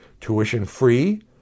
tuition-free